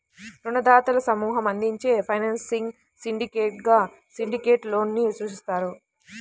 రుణదాతల సమూహం అందించే ఫైనాన్సింగ్ సిండికేట్గా సిండికేట్ లోన్ ని సూచిస్తారు